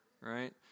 right